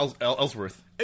Ellsworth